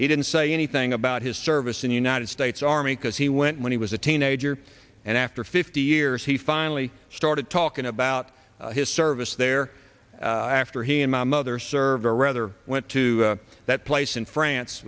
he didn't say anything about his service in the united states army because he went when he was a teenager and after fifty years he finally started talking about his service there after he and my mother serve a rather went to that place in france